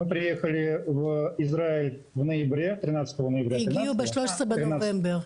הגענו לארץ ב-13 בנובמבר,